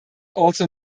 also